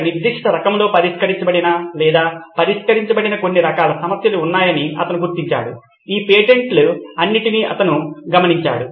ఒక నిర్దిష్ట రకంలో పరిష్కరించబడిన లేదా పరిష్కరించబడిన కొన్ని రకాల సమస్యలు ఉన్నాయని అతను గుర్తించాడు ఈ పేటెంట్లన్నింటినీ అతను గమనించాడు